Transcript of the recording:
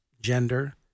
gender